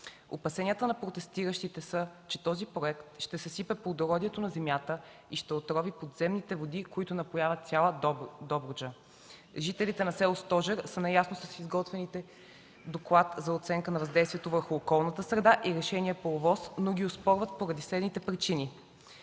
Опасенията на протестиращите са, че този проект ще съсипе плодородието на земята и ще отрови подземните води, които напояват цяла Добруджа. Жителите на село Стожер са наясно с изготвения доклад за оценка на въздействията върху околната среда и решения по ОВОС, но ги оспорват поради следните причини.